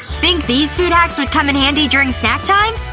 think these food hacks would come in handy during snack time?